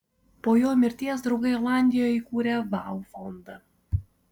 po jo mirties draugai olandijoje įkūrė vau fondą